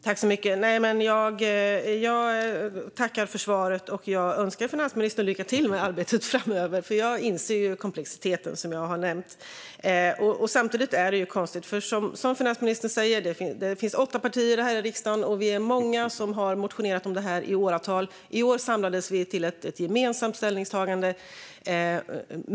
Fru talman! Jag tackar för svaret. Jag önskar finansministern lycka till med arbetet framöver. Jag inser komplexiteten, som jag har nämnt. Samtidigt är det konstigt. Som finansministern säger finns det åtta partier här i riksdagen. Vi är många som har motionerat om detta i åratal. I år samlades vi till ett gemensamt ställningstagande.